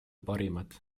parimad